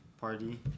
Party